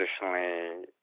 traditionally